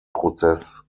prozess